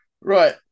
Right